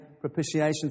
propitiation